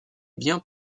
biens